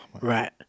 Right